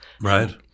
Right